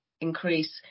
increase